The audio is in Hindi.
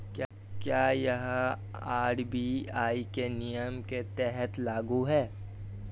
क्या यह आर.बी.आई के नियम के तहत लागू है?